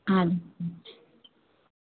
हा